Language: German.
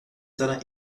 seiner